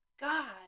God